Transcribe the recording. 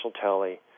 tally